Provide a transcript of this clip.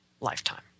lifetime